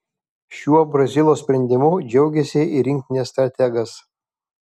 šiuo brazilo sprendimu džiaugėsi ir rinktinės strategas